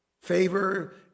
Favor